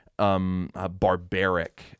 Barbaric